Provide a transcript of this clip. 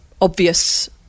obvious